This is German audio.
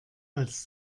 als